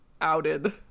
outed